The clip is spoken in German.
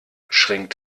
schränkt